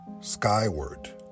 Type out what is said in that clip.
skyward